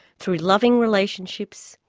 through loving relationships,